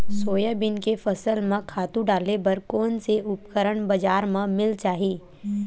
Soybean के फसल म खातु डाले बर कोन से उपकरण बजार म मिल जाहि?